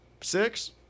six